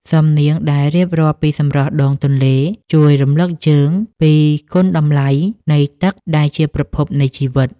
សំនៀងដែលរៀបរាប់ពីសម្រស់ដងទន្លេ ជួយរំលឹកយើងពីគុណតម្លៃនៃទឹកដែលជាប្រភពនៃជីវិត។